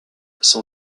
son